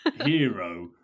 hero